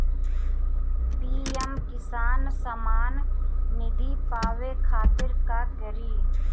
PM Kisan Samman Nidhi पावे खातिर का करी?